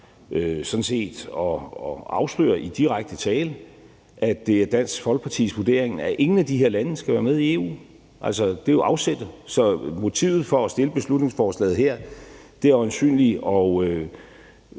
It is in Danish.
sådan set til at afsløre i direkte tale, at det er Dansk Folkepartis vurdering, at ingen af de her lande skal være med i EU. Det er jo afsættet, så motivet for at fremsætte beslutningsforslaget her er øjensynlig at